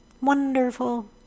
wonderful